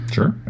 Sure